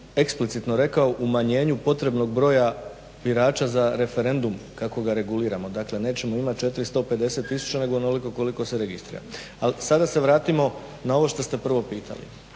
eksplicitno rekao umanjenju potrebnog broja birača za referendum kako ga reguliramo. Dakle nećemo imati 4 i 150 tisuća nego onoliko koliko se registrira. Ali sada se vratimo na ovo što ste prvo pitali.